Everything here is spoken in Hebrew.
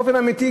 באופן אמיתי,